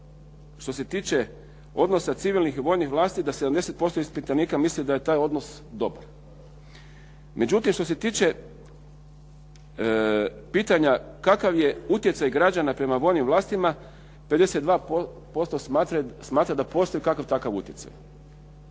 što se tiče odnosa civilnih i vojnih vlasti da 70% ispitanika misli da je taj odnos dobar. Međutim, što se tiče pitanja kakav je utjecaj građana prema vojnim vlastima, 52% smatra da postoji kakav takav utjecaj.